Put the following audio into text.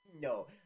No